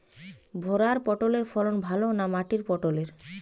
ভেরার পটলের ফলন ভালো না মাটির পটলের?